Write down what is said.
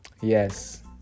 yes